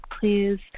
please